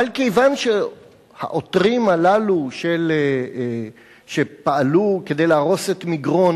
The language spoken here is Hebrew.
אבל כיוון שהעותרים הללו שפעלו כדי להרוס את מגרון